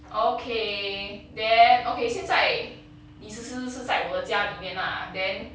okay then okay 现在你是是是在我的家里面 lah then